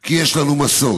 כי יש לנו מסורת,